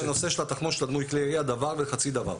אין בנושא של התחמושת לדמוי כלי הירייה דבר וחצי דבר.